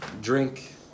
drink